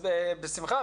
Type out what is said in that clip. בבקשה.